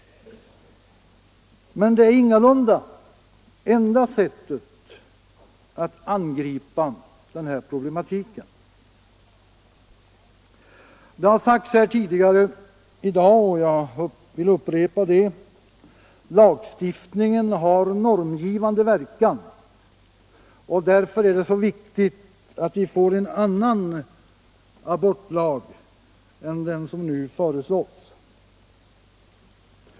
Men det är ingalunda enda sättet att angripa denna problematik. Det har tidigare i dag sagts, och jag vill upprepa det, att lagstiftningen har normgivande verkan, och därför är det så viktigt att vi får en annan abortlag än den som nu föreslås.